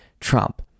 Trump